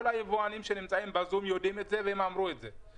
היבואנים שנמצאים בזום יודעים את זה והם אמרו את זה.